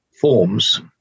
forms